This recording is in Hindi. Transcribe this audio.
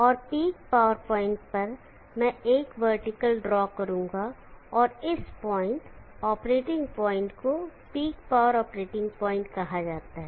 और पीक पावर पॉइंट पर मैं एक वर्टिकल ड्रॉ करूंगा और इस पॉइंट ऑपरेटिंग पॉइंट को पीक पावर ऑपरेटिंग पॉइंट कहा जाता है